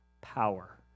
power